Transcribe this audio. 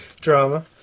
Drama